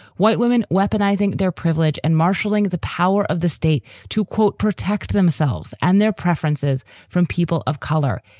white women weaponized their privilege and martialing the power of the state to, quote, protect themselves and their preferences from people of color,